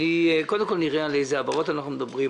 קודם כל נראה על איזה העברות אנחנו מדברים.